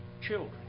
children